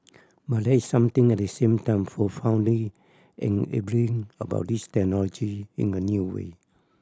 but there is something at the same time profoundly enabling about these technology in a new way